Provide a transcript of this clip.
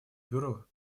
бюро